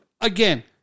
again